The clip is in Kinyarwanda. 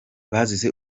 basize